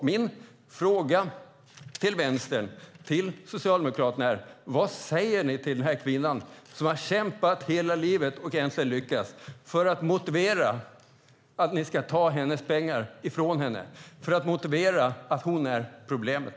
Min fråga till vänstern och Socialdemokraterna är: Vad säger ni till den här kvinnan som har kämpat hela livet och äntligen lyckats för att motivera att ni ska ta hennes pengar ifrån henne och för att motivera att det är hon som är problemet?